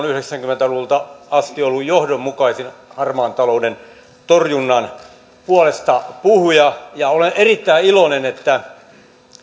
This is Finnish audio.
yhdeksänkymmentä luvulta asti ollut johdonmukaisin harmaan talouden torjunnan puolestapuhuja ja olen erittäin iloinen että